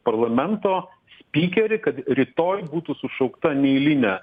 parlamento spikerį kad rytoj būtų sušaukta neeilinė